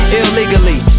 illegally